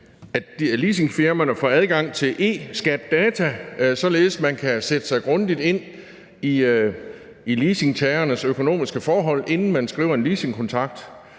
at leasingfirmaerne får adgang til eSkatData, således at man kan sætte sig grundigt ind i leasingtagernes økonomiske forhold, inden man skriver en leasingkontrakt.